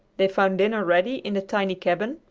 they found dinner ready in the tiny cabin,